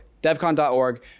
Devcon.org